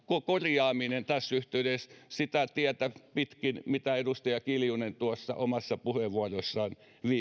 korjaaminen tässä yhteydessä sitä tietä pitkin mitä edustaja kiljunen tuossa omassa puheenvuorossaan